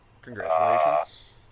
Congratulations